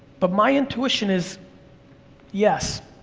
but my intuition is yes.